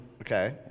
Okay